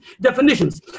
definitions